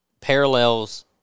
parallels